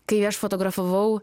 kai aš fotografavau